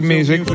Music